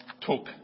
took